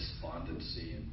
despondency